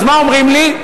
אז מה אומרים לי?